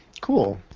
Cool